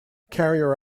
carrier